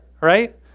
right